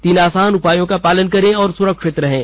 तीन आसान उपायों का पालन करे और सुरक्षित रहें